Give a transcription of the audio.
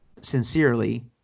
sincerely